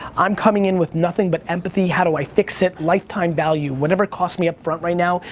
i'm coming in with nothing but empathy, how do i fix it? lifetime value, whatever it costs me upfront right now,